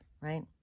right